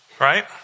right